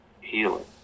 healing